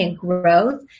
growth